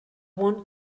one